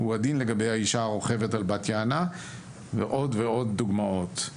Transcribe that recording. הוא עדין לגבי האישה הרוכבת על בת יענה ועוד ועוד דוגמאות.